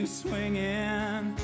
swinging